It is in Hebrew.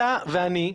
אתה ואני,